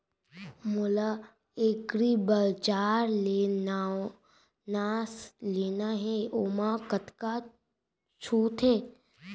मोला एग्रीबजार ले नवनास लेना हे ओमा कतका छूट हे?